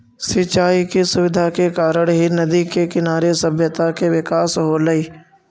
सिंचाई के सुविधा के कारण ही नदि के किनारे सभ्यता के विकास होलइ